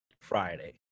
friday